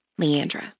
Leandra